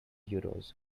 euros